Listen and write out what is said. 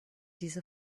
diese